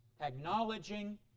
acknowledging